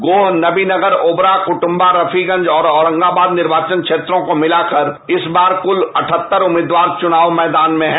गोह नवीनगर ओवरा कुट्वा रफीगंज और औरंगावाद निर्वाचन क्षेत्रों को मिलाकर इस बार कूल अठहत्तर उम्मीदवार चुनावी मैदान में है